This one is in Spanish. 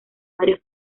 varios